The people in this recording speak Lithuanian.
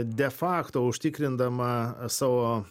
de facto užtikrindama savo